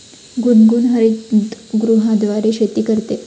गुनगुन हरितगृहाद्वारे शेती करते